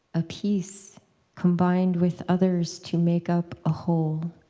a piece combined with others to make up a whole,